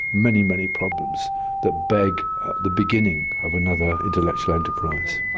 many, many problems that beg the beginning of another intellectual enterprise.